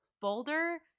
Boulder